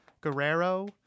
Guerrero